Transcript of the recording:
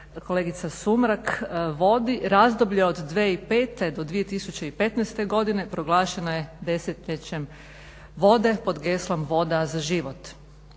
kolegica Sumrak vodi razdoblje od 2005. do 2015. godine proglašena je desetljećem vode pod geslom voda za život.